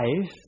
life